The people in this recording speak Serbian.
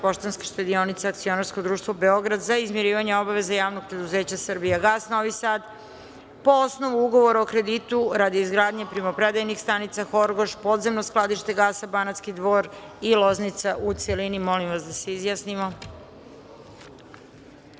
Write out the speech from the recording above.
Poštanska štedionica akcionarsko društvo Beograd za izmirivanje obaveza Javnog preduzeća „Srbijagas" Novi Sad, po osnovu ugovora o kreditu radi izgradnje primopredajnih stanica Horgoš, Podzemno skladište gasa Banatski Dvor i Loznica, u celini. Molim vas da se